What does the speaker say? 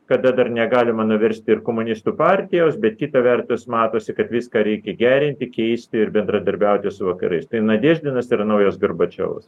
kada dar negalima nuversti ir komunistų partijos bet kita vertus matosi kad viską reikia gerinti keisti ir bendradarbiauti su vakarais tai nadeždinas ir naujas gorbačiovas